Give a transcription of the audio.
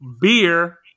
beer